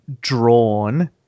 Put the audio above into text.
drawn